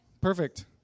Perfect